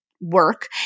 work